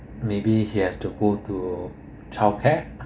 maybe he has to go to childcare